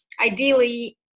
ideally